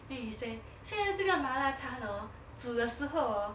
then she say 现在这个麻辣摊 hor 煮的时候 hor